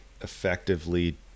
effectively